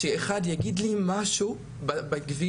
שכשמישהו יגיד לי משהו בכביש,